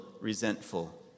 resentful